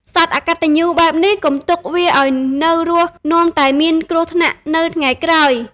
សត្វអកតញ្ញូបែបនេះ កុំទុកវាឲ្យនៅរស់នាំតែមានគ្រោះថ្នាក់នៅថ្ងៃក្រោយ!"